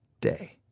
day